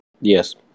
yes